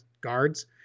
guards